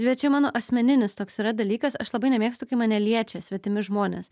bet čia mano asmeninis toks yra dalykas aš labai nemėgstu kai mane liečia svetimi žmonės